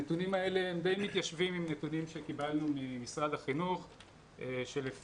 הנתונים האלה די מתיישבים עם נתונים שקיבלנו ממשרד החינוך שלפיהם